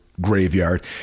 graveyard